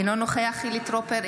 אינו נוכח חילי טרופר,